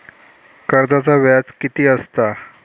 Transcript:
कर्जाचा व्याज कीती असता?